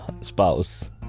Spouse